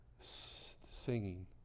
singing